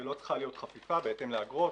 ולא צריכה להיות חפיפה בהתאם לאגרות.